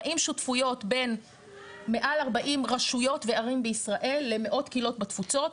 40 שותפויות בין מעל 40 רשויות וערים בישראל למאות קהילות בתפוצות.